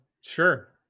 sure